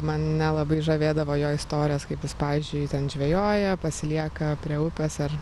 mane labai žavėdavo jo istorijos kaip jis pavyzdžiui ten žvejoja pasilieka prie upės ar